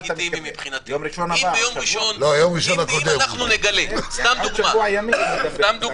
צריך להעביר מפה מסר לממשלה דרך סגן השר ודרך